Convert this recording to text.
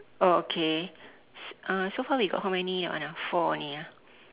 oh okay uh so far we got how many that one ah four only ah